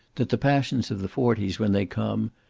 that the passions of the forties, when they come,